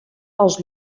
els